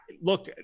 look